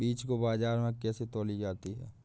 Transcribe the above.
बीज को बाजार में कैसे तौली जाती है?